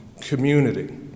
community